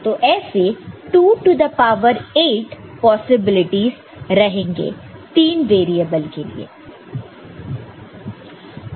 तो ऐसे 2 to the power 8 possibility रहेंगे 3 वेरिएबल के लिए